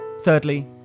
Thirdly